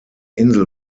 insel